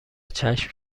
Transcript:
چشم